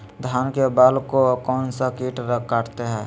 धान के बाल को कौन सा किट काटता है?